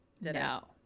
No